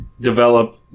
develop